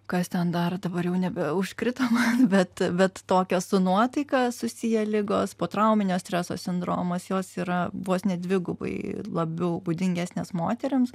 kas ten dar dabar jau nebe užkrito man bet bet tokios su nuotaika susiję ligos potrauminio streso sindromas jos yra vos ne dvigubai labiau būdingesnės moterims